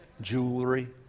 Jewelry